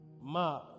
ma